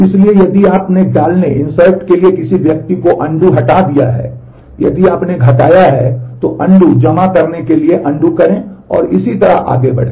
इसलिए यदि आपने डालने करें और इसी तरह आगे बढ़ें